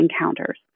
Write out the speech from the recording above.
encounters